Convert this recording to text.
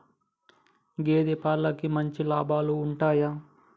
గేదే పాలకి మంచి లాభాలు ఉంటయా?